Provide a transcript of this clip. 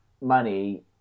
money